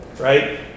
right